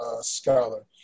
scholar